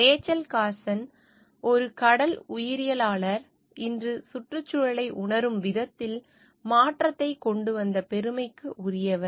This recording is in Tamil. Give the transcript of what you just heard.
ரேச்சல் கார்சன் ஒரு கடல் உயிரியலாளர் இன்று சுற்றுச்சூழலை உணரும் விதத்தில் மாற்றத்தை கொண்டு வந்த பெருமைக்குரியவர்